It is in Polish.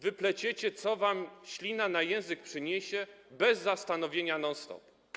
Wy pleciecie, co wam ślina na język przyniesie, bez zastanowienia, non stop.